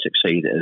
succeed